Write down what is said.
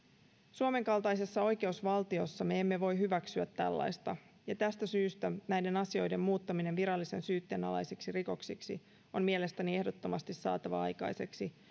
suomen kaltaisessa oikeusvaltiossa me emme voi hyväksyä tällaista ja tästä syystä näiden asioiden muuttaminen virallisen syytteen alaisiksi rikoksiksi on mielestäni ehdottomasti saatava aikaiseksi